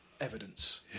evidence